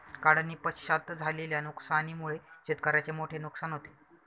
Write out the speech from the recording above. काढणीपश्चात झालेल्या नुकसानीमुळे शेतकऱ्याचे मोठे नुकसान होते